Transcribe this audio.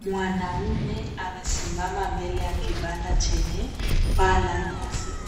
Mwanaume amesimama mbele ya kibanda chenye pala nyasi,